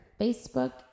Facebook